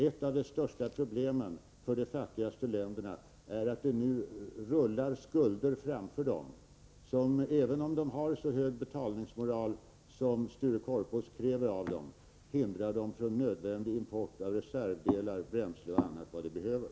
Ett av de största problemen för de fattigaste länderna är att det rullar skulder framför dem som, även om länderna har så hög betalningsmoral som Sture Korpås kräver av dem, hindrar dem från nödvändig import av reservdelar, bränsle och annat som de behöver.